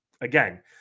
again